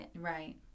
Right